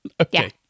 Okay